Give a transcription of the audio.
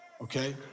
Okay